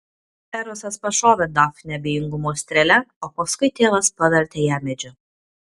erosas pašovė dafnę abejingumo strėle o paskui tėvas pavertė ją medžiu